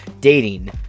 dating